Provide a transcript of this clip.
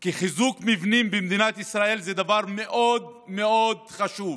כי חיזוק מבנים במדינת ישראל הוא דבר מאוד מאוד חשוב,